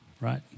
right